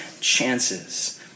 chances